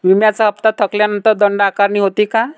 विम्याचा हफ्ता थकल्यानंतर दंड आकारणी होते का?